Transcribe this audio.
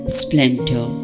splendor